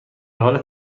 حال